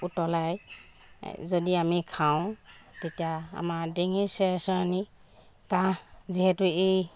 উতলাই যদি আমি খাওঁ তেতিয়া আমাৰ ডিঙিৰ চেৰচেৰণি কাহ যিহেতু এই